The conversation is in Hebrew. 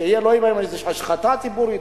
שלא תהיה בהן השחתה ציבורית.